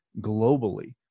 globally